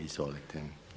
Izvolite.